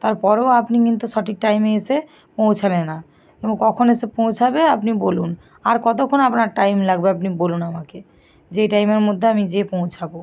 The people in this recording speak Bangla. তারপরেও আপনি কিন্তু সঠিক টাইমে এসে পৌঁছালে না এবং কখন এসে পৌঁছাবে আপনি বলুন আর কতোক্ষণ আপনার টাইম লাগবে আপনি বলুন আমাকে যেই টাইমের মধ্যে আমি যেয়ে পৌঁছাবো